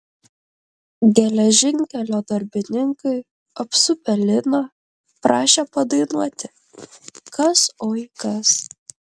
geležinkelio darbininkai apsupę liną prašė padainuoti kas oi kas